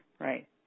Right